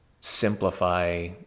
simplify